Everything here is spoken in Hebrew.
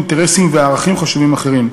אינטרסים וערכים חשובים אחרים.